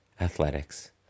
athletics